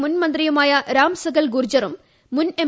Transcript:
മുൻ മന്ത്രിയുമായ രാം സകൽ ഗുർജറും മുൻ എം